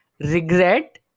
regret